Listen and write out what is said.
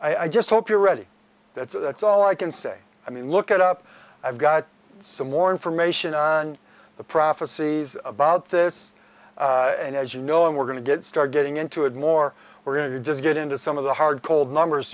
fall i just hope you're ready that's that's all i can say i mean look at up i've got some more information on the prophecies about this and as you know and we're going to get start getting into it more we're going to just get into some of the hard cold numbers